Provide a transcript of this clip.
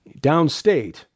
downstate